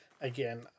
again